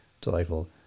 delightful